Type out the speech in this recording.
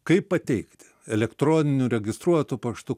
kaip pateikti elektroniniu registruotu paštu